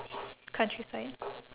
countryside